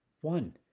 one